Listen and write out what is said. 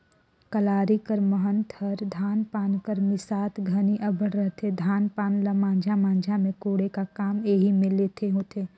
कलारी कर महत हर धान पान कर मिसात घनी अब्बड़ रहथे, धान पान ल माझा माझा मे कोड़े का काम एही मे ले होथे